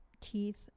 teeth